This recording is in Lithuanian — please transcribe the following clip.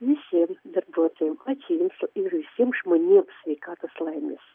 visiem darbuotojam ačiū jums ir visiem žmonėm sveikatos laimės